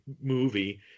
movie